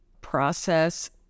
process